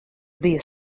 bija